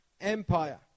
empire